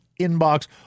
inbox